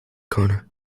corner